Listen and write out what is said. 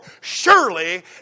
Surely